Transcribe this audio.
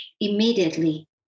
immediately